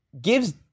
gives